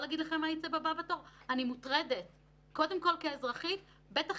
אני חושב